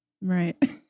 right